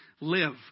live